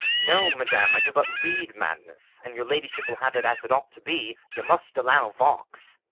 no, madam, i do but read madness and your ladyship will have it as it ought to be, you must allow vox.